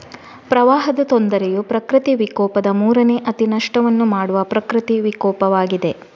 ಪ್ರವಾಹದ ತೊಂದರೆಯು ಪ್ರಕೃತಿ ವಿಕೋಪದ ಮೂರನೇ ಅತಿ ನಷ್ಟವನ್ನು ಮಾಡುವ ಪ್ರಕೃತಿ ವಿಕೋಪವಾಗಿದೆ